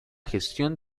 gestión